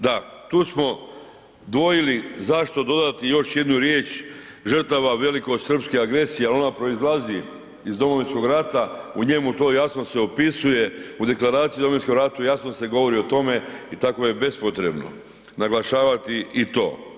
Da, tu smo dvojili zašto dodati još jednu riječ žrtava velikosrpske agresije, ali ona proizlazi iz Domovinskog rata u njemu to se jasno opisuje u Deklaraciji o Domovinskom ratu jasno se govori o tome i tako je bespotrebno naglašavati i to.